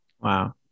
Wow